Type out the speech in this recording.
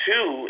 Two